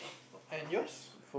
and yours